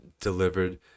delivered